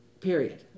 Period